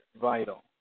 vital